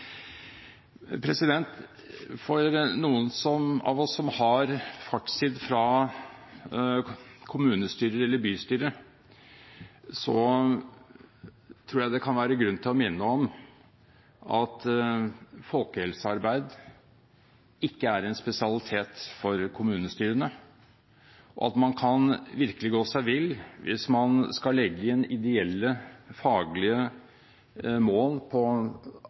For de av oss som har fartstid fra kommunestyre eller bystyre, er det grunn til å minne om at folkehelsearbeid ikke er en spesialitet for kommunestyrene, og at man virkelig kan gå seg vill hvis man skal legge inn ideelle faglige mål på